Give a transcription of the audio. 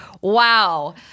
wow